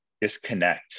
disconnect